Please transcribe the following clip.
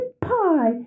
pie